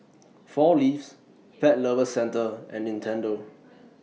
four Leaves Pet Lovers Centre and Nintendo